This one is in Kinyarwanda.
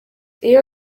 iyo